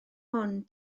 hwn